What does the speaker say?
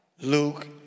Luke